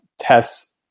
tests